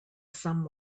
some